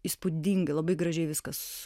įspūdingai labai gražiai viskas